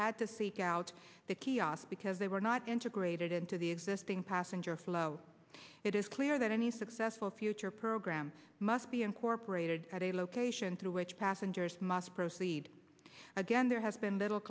had to seek out the kiosks because they were not integrated into the existing passenger flow it is clear that any successful future program must be incorporated at a location through which passengers must proceed again there has been that